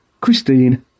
Christine